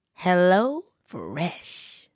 HelloFresh